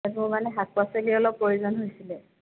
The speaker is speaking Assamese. এইবোৰ মানে শাক পাচলি অলপ প্ৰয়োজন হৈছিলে